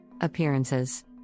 Appearances